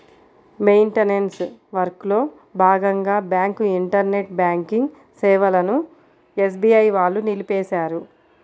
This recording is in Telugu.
మెయింటనెన్స్ వర్క్లో భాగంగా బ్యాంకు ఇంటర్నెట్ బ్యాంకింగ్ సేవలను ఎస్బీఐ వాళ్ళు నిలిపేశారు